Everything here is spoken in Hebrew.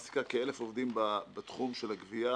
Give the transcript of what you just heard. מעסיקה כ-1,000 עובדים בתחום של הגבייה